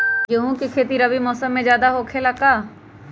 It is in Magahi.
गेंहू के खेती रबी मौसम में ज्यादा होखेला का?